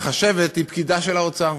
היא פקידה של האוצר.